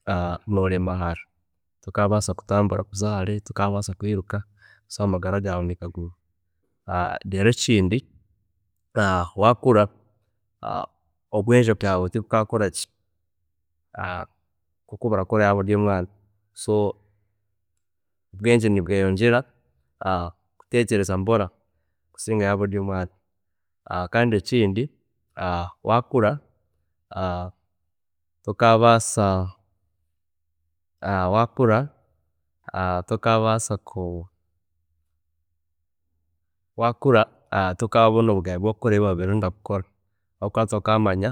noremahara, tokabaasa kutambura kuza hare, kokabaasa kwiruka, so amagara gaawe nigaguma, reero ekindi waakura, obwengye bwaawe tubukabaasa kukora gye koku burakora ori omwaana, bwingi nibweyongyera kutekyereza mpora kukira waaba ori omwaana, kandi ekindi waakura tokabaasa, waakura tokabaasa ku, waakura tokabona obugabe bwokukora ebi wabiire orenda kukora habwokuba tokamanya.